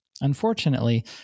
Unfortunately